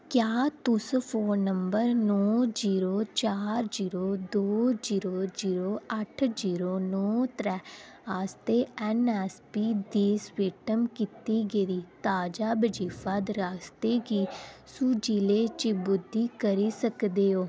क्या तुस phone number नौ जीरो चार जीरो दो जीरो जीरो अट्ठ जीरो नौ त्रै आस्तै ऐन्नऐस्सपी दी सब्मिट कीती गेदी ताज़ा बजीफा दरखास्तें गी सू जि'ले सूची बद्ध करी सकदे ओ